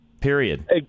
Period